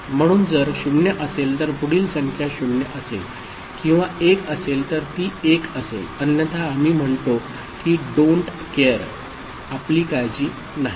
म्हणून जर 0 असेल तर पुढील संख्या 0 असेल किंवा 1 असेल तर ती 1 असेल अन्यथा आम्ही म्हणतो की डोन्ट केअर आपली काळजी नाही